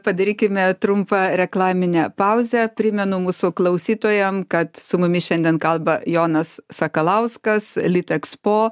padarykime trumpą reklaminę pauzę primenu mūsų klausytojam kad su mumis šiandien kalba jonas sakalauskas litexpo